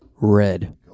Red